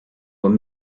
were